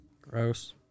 Gross